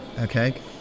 okay